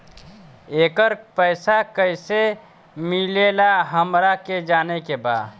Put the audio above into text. येकर पैसा कैसे मिलेला हमरा के जाने के बा?